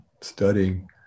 studying